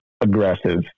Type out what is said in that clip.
aggressive